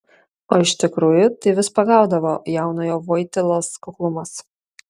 o iš tikrųjų tai vis pagaudavo jaunojo vojtylos kuklumas